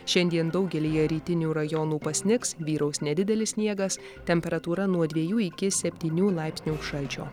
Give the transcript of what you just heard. šiandien daugelyje rytinių rajonų pasnigs vyraus nedidelis sniegas temperatūra nuo dviejų iki septynių laipsnių šalčio